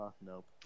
nope